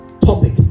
topic